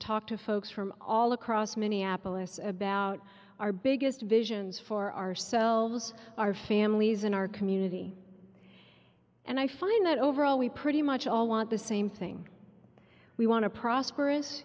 talk to folks from all across minneapolis about our biggest visions for ourselves our families and our community and i find that overall we pretty much all want the same thing we want to prosperous